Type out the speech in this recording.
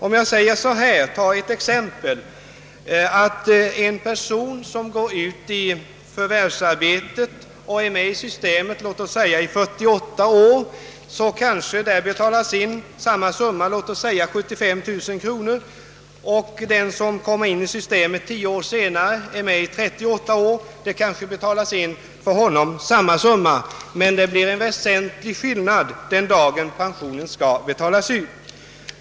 En person t.ex. som går ut i förvärvsarbete tidigt och betalar avgifter under 48 år har kanske betalat in samma summa, låt oss säga 75 000 kronor, som den som kommer in i systemet 10 år senare och betalar avgifter under 38 år. Men det blir en väsentlig skillnad den dagen pensionen skall betalas ut!